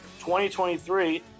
2023